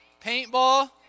paintball